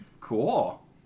Cool